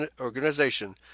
Organization